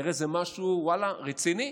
זה כנראה משהו רציני.